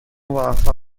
موفق